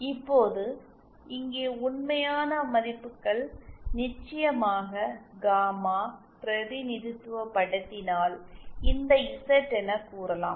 இப்போது இங்கே உண்மையான மதிப்புகளை நிச்சயமாக காமா பிரதிநிதித்துவப்படுத்தினால் இதை இசட் என கூறலாம்